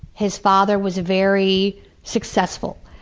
his father was very successful.